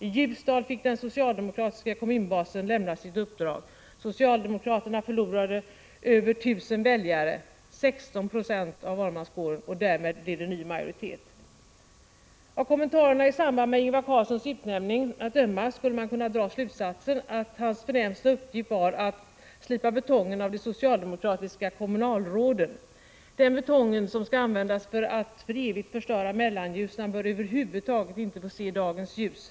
I Ljusdal fick den socialdemokratiske kommunbasen lämna sitt uppdrag. Socialdemokraterna förlorade över 1 000 väljare, 16 20 av valmanskåren, och därmed blev det ny majoritet. Av kommentarerna i samband med Ingvar Carlssons utnämning att döma skulle man kunna dra slutsatsen att hans främsta uppgift var att ”slipa betongen av de socialdemokratiska kommunalråden”. Den betong som skall användas för att för evigt förstöra Mellanljusnan bör över huvud taget inte få se dagens ljus.